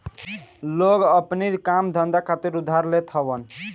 लोग अपनी काम धंधा खातिर उधार लेत हवन